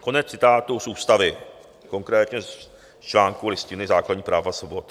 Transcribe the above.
Konec citátu z ústavy, konkrétně z článku Listiny základních práv a svobod.